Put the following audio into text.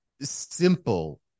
simple